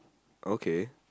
okay